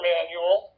Manual